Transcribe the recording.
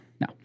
No